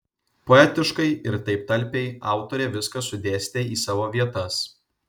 poetiškai ir taip talpiai autorė viską sudėstė į savo vietas